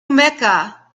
mecca